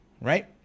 right